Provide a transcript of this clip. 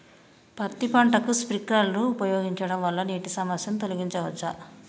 పత్తి పంటకు స్ప్రింక్లర్లు ఉపయోగించడం వల్ల నీటి సమస్యను తొలగించవచ్చా?